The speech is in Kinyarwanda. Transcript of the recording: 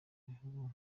bihugu